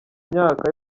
imyaka